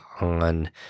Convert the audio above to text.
on